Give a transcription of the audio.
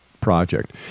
project